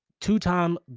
two-time